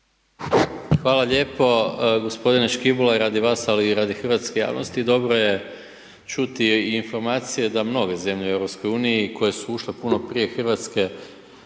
Hvala lijepo gospodine Škibola i radi vas ali i radi hrvatske javnosti dobro je čuti i informacije da mnoge zemlje u EU koje su ušle puno prije Hrvatske,